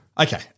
Okay